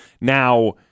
Now